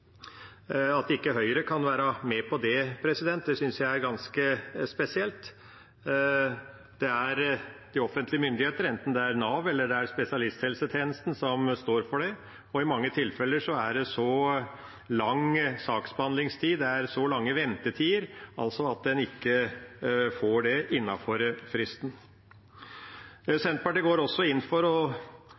At ikke Høyre kan være med på det, synes jeg er ganske spesielt. Det er de offentlige myndigheter, enten det er Nav eller det er spesialisthelsetjenesten, som står for det, og i mange tilfeller er det så lang saksbehandlingstid og så lange ventetider at en ikke får det innenfor fristen. Senterpartiet går også inn for